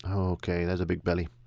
ah okay, there's a big belly,